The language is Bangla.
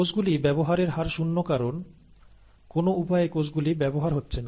কোষগুলি ব্যবহারের হার শূন্য কারণ কোন উপায়ে কোষগুলি ব্যবহার হচ্ছে না